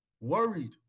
worried